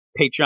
Patreon